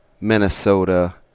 Minnesota